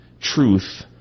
truth